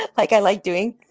but like i like doing.